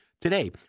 Today